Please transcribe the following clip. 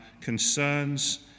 concerns